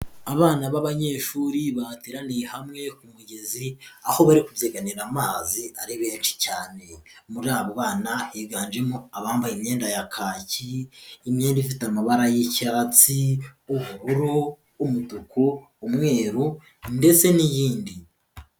Abana b'abanyeshuri bahateraniye hamwe ku mugezi, aho bari kubyiganira mazi ari benshi cyane. Muri abo bana higanjemo abambaye imyenda ya kacyi, imyenda ifite amabara y'icyatsi, ubururu, umutuku, umweru, ndetse n'iyindi.